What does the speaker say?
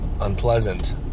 unpleasant